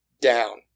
down